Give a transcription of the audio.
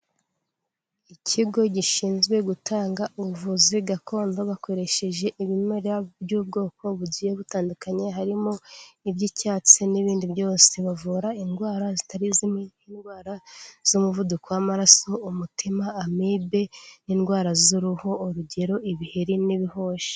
Ikigo gishinzwe gutanga ubuvuzi gakondo bakoresheje ibimera by'ubwoko bugiye butandukanye harimo iby'icyatsi n'ibindi byose, bavura indwara zitari izimwe nk'indwara z'umuvuduko w'amaraso, umutima, amibe n'indwara z'uruhu urugero ibiheri n'ibihushi.